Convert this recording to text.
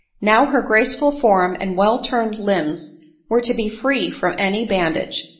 now, her graceful form and well-turned limbs were to be free from any bandage,